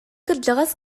кырдьаҕас